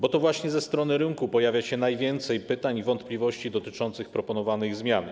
Bo to właśnie ze strony rynku pojawia się najwięcej pytań i wątpliwości dotyczących proponowanych zmian.